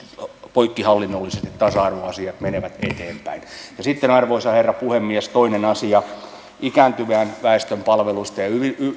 poikkihallinnolliset tasa arvoasiat menevät eteenpäin ja sitten arvoisa herra puhemies toinen asia ikääntyvän väestön palveluista ja